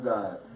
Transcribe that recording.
God